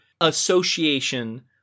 association